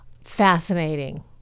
Fascinating